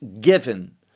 given